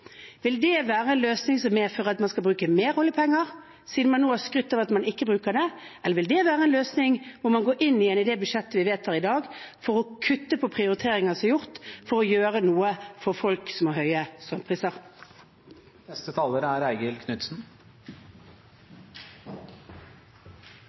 Vil det være en løsning som medfører at man skal bruke mer oljepenger – siden man nå har skrytt av at man ikke bruker det – eller vil det være en løsning hvor man går inn igjen i det budsjettet vi vedtar i dag, og kutter i prioriteringer som er gjort, for å gjøre noe for folk som har høye